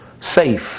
safe